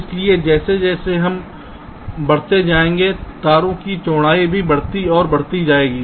इसलिए जैसे जैसे हम बढ़ते जाएंगे तारों की चौड़ाई भी बढ़ती और बढ़ती जाती है